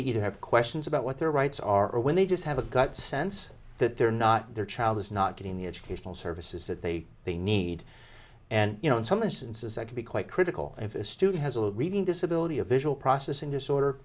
they either have questions about what their rights are or when they just have a gut sense that they're not their child is not getting the educational services that they they need and you know in some instances i could be quite critical if a student has a reading disability a visual processing disorder